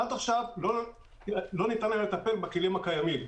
עד עכשיו לא ניתן היה לטפל בכלים הקיימים.